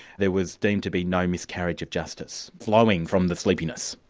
there was deemed to be no miscarriage of justice flowing from the sleepiness?